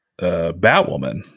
Batwoman